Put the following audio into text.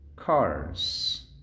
cars